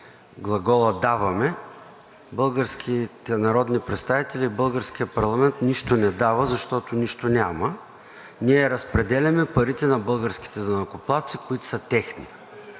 глагола „даваме“. Българските народни представители и българският парламент нищо не дава, защото нищо няма. Ние разпределяме парите на българските данъкоплатци, които са техни,